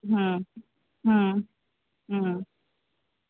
हम्म हम्म हम्म